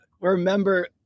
remember